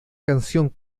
canción